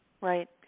Right